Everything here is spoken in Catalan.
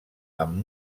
amb